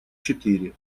четыре